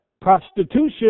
prostitution